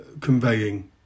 conveying